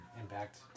impact